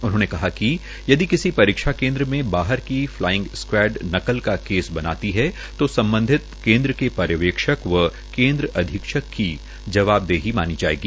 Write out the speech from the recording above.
उन्होंने कहा कि यदि किसी परीक्षा केन्द्र में बाहर की फलाईग स्वंवैड नकल का केस बनाती है तो सम्बधित केन्द्र के पर्यवेक्षक व केन्द्र अधीक्षक की जवाबदेही मानी जायेगी